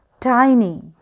tiny